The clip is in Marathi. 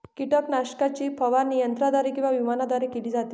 कीटकनाशकाची फवारणी यंत्राद्वारे किंवा विमानाने केली जाते